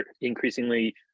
increasingly